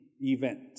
event